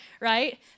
right